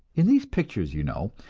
in these pictures, you know,